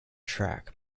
track